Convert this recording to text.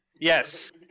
Yes